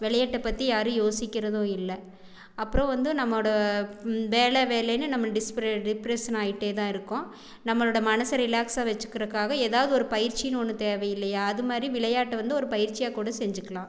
விளையாட்டப் பற்றி யாரும் யோசிக்கிறது இல்லை அப்புறோம் வந்து நம்மோடய வேல வேலையினு நம்ம டிஸ்ப்ரெட் டிப்ரெசன் ஆகிட்டே தான் இருக்கோம் நம்மளோடய மனசை ரிலேக்ஸாக வச்சுக்கிறதுக்காக ஏதாவது ஒரு பயிற்சினு ஒன்று தேவை இல்லையா அது மாதிரி விளையாட்டை வந்து ஒரு பயிற்சியாக கூட செஞ்சுக்கலாம்